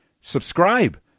subscribe